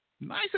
Nice